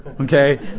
Okay